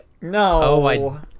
No